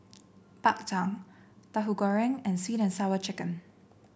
Bak Chang Tauhu Goreng and sweet and Sour Chicken